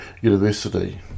University